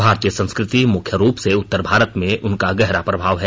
भारतीय संस्कृति मुख्य रूप से उत्तर भारत में उनका गहरा प्रभाव है